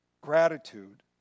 gratitude